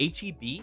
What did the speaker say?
HEB